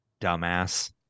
dumbass